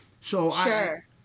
Sure